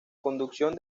conducción